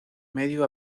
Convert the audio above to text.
medio